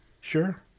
Sure